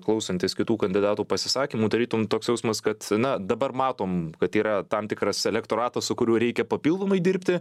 klausantis kitų kandidatų pasisakymų tarytum toks jausmas kad na dabar matom kad yra tam tikras elektoratas su kuriuo reikia papildomai dirbti